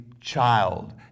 child